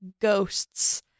ghosts